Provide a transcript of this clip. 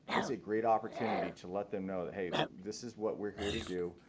it's a great opportunity to let them know that this is what we are here to do,